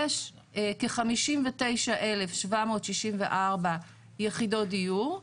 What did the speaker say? יש כ- 59,764 יחידות דיור,